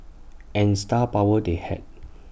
and star power they had